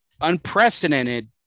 unprecedented